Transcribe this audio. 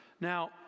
now